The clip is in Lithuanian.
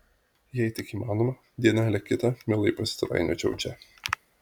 jei tik įmanoma dienelę kitą mielai pasitrainiočiau čia